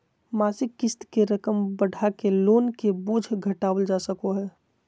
मासिक क़िस्त के रकम बढ़ाके लोन के बोझ घटावल जा सको हय